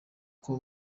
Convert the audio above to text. uko